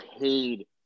paid